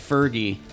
Fergie